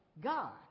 God